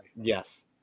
Yes